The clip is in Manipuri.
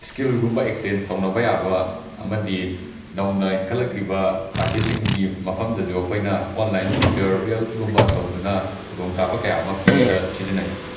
ꯁ꯭ꯀꯤꯜꯒꯨꯝꯕ ꯑꯦꯛꯁꯆꯦꯟꯁ ꯇꯧꯕ ꯌꯥꯕ ꯑꯃꯗꯤ ꯅꯧꯅ ꯏꯟꯈꯠꯂꯛꯂꯤꯕ ꯑꯥꯔꯇꯤꯁꯁꯤꯡꯒꯤ ꯃꯐꯝꯗꯁꯨ ꯑꯩꯈꯣꯏꯅ ꯑꯣꯟꯂꯥꯏꯟ ꯇ꯭ꯌꯨꯇꯔꯤꯌꯦꯜꯠꯒꯨꯝꯕ ꯇꯧꯗꯨꯅ ꯈꯨꯗꯣꯡ ꯆꯥꯕ ꯀꯌꯥ ꯑꯃ ꯄꯤꯕꯗ ꯁꯤꯖꯤꯟꯅꯩ